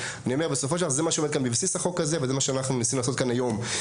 הם לוקחים את הסיכון שהם יכולים להכניס גורמים מהיישוב שאולי